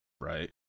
right